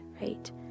right